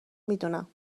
میدونم